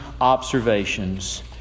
observations